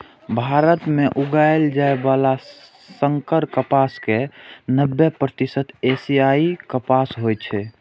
भारत मे उगाएल जाइ बला संकर कपास के नब्बे प्रतिशत एशियाई कपास होइ छै